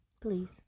Please